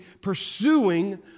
pursuing